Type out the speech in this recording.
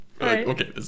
Okay